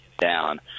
down